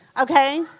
Okay